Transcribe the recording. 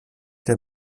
der